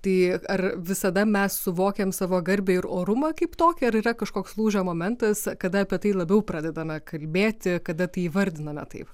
tai ar visada mes suvokiam savo garbę ir orumą kaip tokią ar yra kažkoks lūžio momentas kada apie tai labiau pradedame kalbėti kada tai įvardiname taip